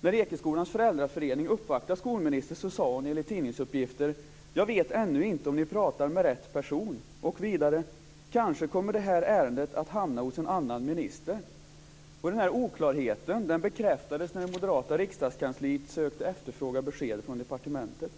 När Ekeskolans föräldraförening uppvaktade skolministern sade hon enligt tidningsuppgifter att hon ännu inte visste om de pratade med rätt person. Hon sade vidare att ärendet kanske skulle hamna hos en annan minister. Denna oklarhet bekräftades när det moderata riksdagskansliet försökte efterfråga besked från departementet.